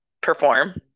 perform